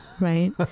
right